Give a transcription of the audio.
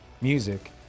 music